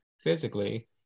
physically